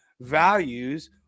values